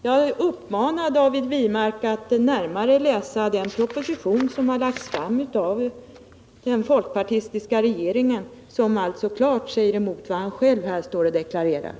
Jag vill uppmana David Wirmark att närmare studera den proposition som lagts fram av den folkpartistiska regeringen och där regeringen klart motsäger vad David Wirmark deklarerar här i kammaren.